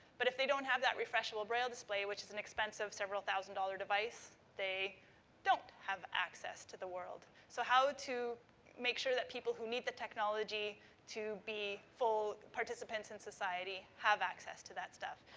but if they don't have that refreshable braille display, which is an expensive several-thousand-dollars device, they don't have access to the world. so, how to make sure that people who need the technology to be full participants in society have access to that stuff.